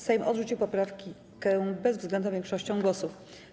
Sejm odrzucił poprawkę bezwzględną większością głosów.